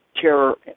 terror